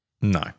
No